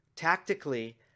Tactically